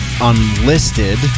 unlisted